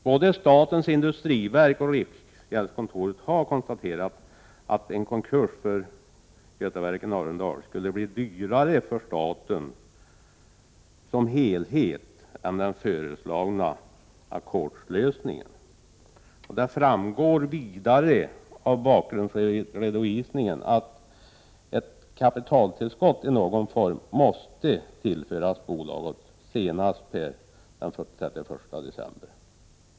Både statens industriverk och riksgäldskontoret har konstaterat att en konkurs för Götaverken Arendal skulle bli dyrare för staten som helhet än den föreslagna ackordslösningen. Det framgår vidare av bakgrundsredovisningen att ett kapitaltillskott i någon form måste tillföras bolaget senast per den 31 december 1988.